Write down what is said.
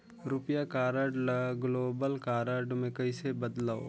रुपिया कारड ल global card मे कइसे बदलव?